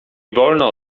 wolno